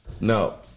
No